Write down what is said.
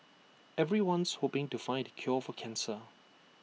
everyone's hoping to find the cure for cancer